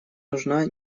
нужна